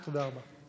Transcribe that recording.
תודה רבה.